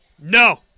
No